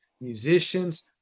musicians